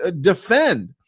defend